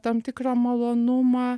tam tikrą malonumą